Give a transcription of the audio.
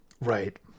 Right